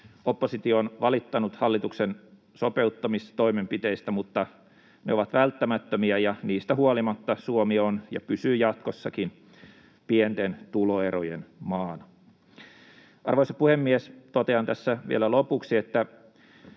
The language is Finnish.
Oppositio on valittanut hallituksen sopeuttamistoimenpiteistä, mutta ne ovat välttämättömiä, ja niistä huolimatta Suomi on ja pysyy jatkossakin pienten tuloerojen maana. Arvoisa puhemies! Totean tässä vielä lopuksi, että